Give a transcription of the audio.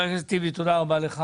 תודה רבה לך